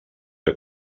que